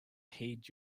heed